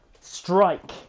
strike